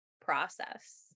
process